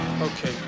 Okay